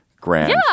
grand